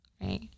right